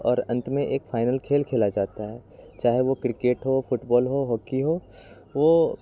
और अंत में एक फ़ाइनल खेल खेला जाता है चाहे वह क्रिकेट हो फ़ुटबॉल हो हॉकी हो